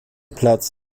platz